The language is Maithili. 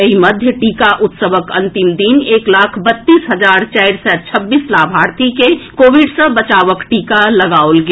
एहि मध्य टीका उत्सवक अंतिम दिन एक लाख बत्तीस हजार चारि सय छब्बीस लाभार्थी के कोविड सँ बचावक टीका लगाओल गेल